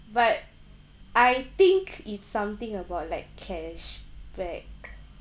but I think it's something about like cash back